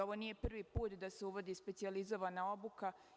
Ovo nije prvi put da se uvodi specijalizovana obuka.